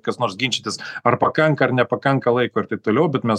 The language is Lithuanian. kas nors ginčytis ar pakanka ar nepakanka laiko ir taip toliau bet mes